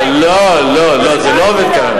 לא, לא, זה לא עובד ככה.